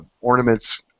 ornaments